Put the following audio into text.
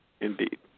Indeed